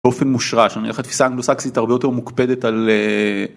אופן מושרה שאני לוקחת פיסה אנגלוסקסית הרבה יותר מוקפדת על.